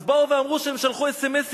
אז באו ואמרו שהם שלחו אס.אם.אס.